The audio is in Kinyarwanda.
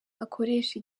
akoresha